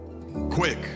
quick